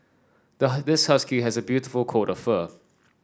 this husky has a beautiful coat of fur